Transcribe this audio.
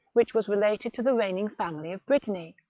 which was related to the reigning family of brittany.